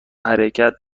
حرکت